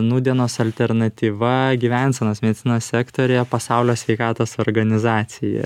nūdienos alternatyva gyvensenos medicinos sektoriuje pasaulio sveikatos organizacija